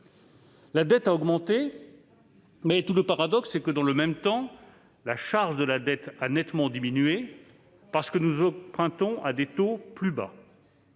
La dette a augmenté, mais tout le paradoxe est que, dans le même temps, la charge de la dette a nettement diminué parce que nous empruntons à des taux plus bas.